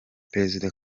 perezida